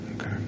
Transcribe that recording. Okay